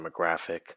demographic